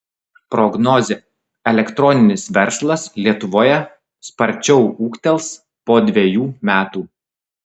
prognozė elektroninis verslas lietuvoje sparčiau ūgtels po dvejų metų